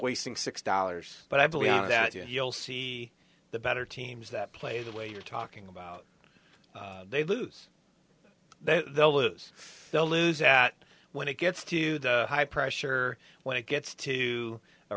wasting six dollars but i believe that you'll see the better teams that play the way you're talking about they lose their they'll lose they'll lose that when it gets to the high pressure when it gets to a